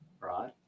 right